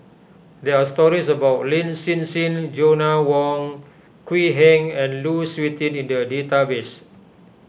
there are stories about Lin Hsin Hsin Joanna Wong Quee Heng and Lu Suitin in the database